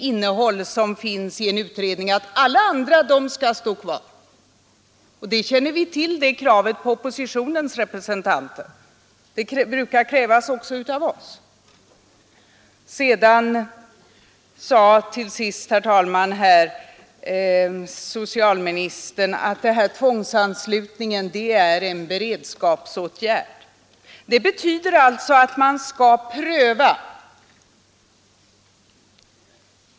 Skall man då kräva att alla andra skall stå kvar vid innehållet i ett utredningsbetänkande? Sedan sade socialministern att tvångsanslutningen är en beredskapsåtgärd. Det betyder alltså att man skall pröva.